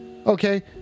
Okay